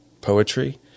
poetry